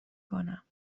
کنم